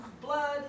blood